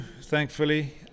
thankfully